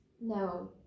No